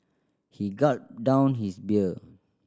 he gulped down his beer